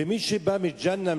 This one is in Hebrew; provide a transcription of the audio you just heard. ומי שבא מג'הנם,